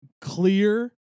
clear